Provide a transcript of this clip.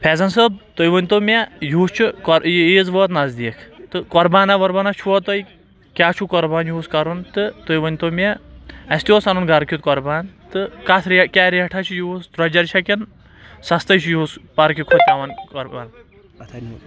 فیضان صٲب تُہۍ ؤنۍ تو مےٚ یِہُس چھُ عیٖز ووت نزدیٖک تہٕ قۄربانا وربانا چھُوا تۄہہِ کیاہ چھُو قۄربان یِہُس کرُن تہٕ تُہۍ ؤنۍ تو مےٚ اَسہِ تہِ اوس اَنُن گرٕ کیُتھ قۄربان تہٕ کتھ ریٹ کیٛاہ ریٹھاہ چھُ یِہُس درٛۄجر چھےٚ کِنہٕ سَستَے چھُ یِہُس پرکہِ کھۄتہٕ پؠوان قوربان